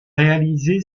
réalisé